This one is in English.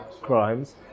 crimes